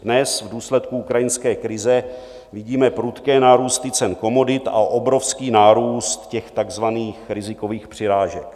Dnes v důsledku ukrajinské krize vidíme prudké nárůsty cen komodit a obrovský nárůst těch takzvaných rizikových přirážek.